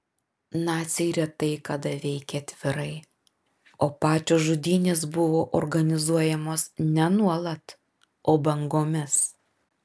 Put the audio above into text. naciai retai kada veikė atvirai o pačios žudynės buvo organizuojamos ne nuolat o bangomis